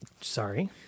Sorry